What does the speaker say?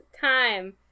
time